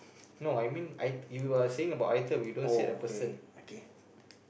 no I mean I you are saying about item you don't said a person